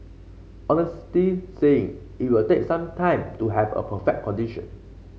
honestly saying it will take some more time to have a perfect condition